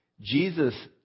Jesus